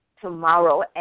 tomorrow